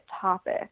topic